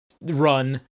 run